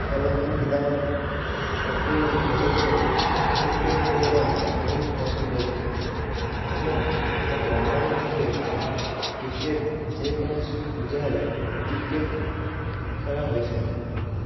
ଖେଳନ୍ତି ପିଲାମାନେ ଛୋଟରୁ ବଡ଼ ଯାଏ କ୍ରିକେଟ ଖେଳିବା ପାଇଁ ବହୁତ ପସନ୍ଦ କରିଥାନ୍ତି ଏବଂ ଆମ ଗ୍ରାମରେ ମଧ୍ୟ କ୍ରିକେଟ ଯେ କୌଣସି ପୂଜା ହେଲେ କ୍ରିକେଟ ଖେଳ ହୋଇଥାଏ